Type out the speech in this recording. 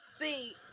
See